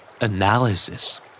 Analysis